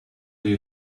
you